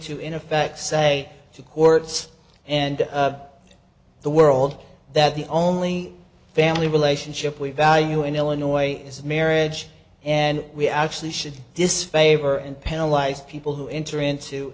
to in effect say to courts and the world that the only family relationship we value in illinois is marriage and we actually should disfavor and penalize people who enter into